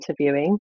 interviewing